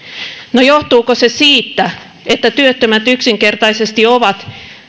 no johtuuko se siitä että työttömät yksinkertaisesti ovat